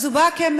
אז הוא בא כמנהל,